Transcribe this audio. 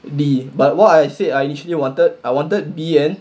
d but what I said I initially wanted I wanted B and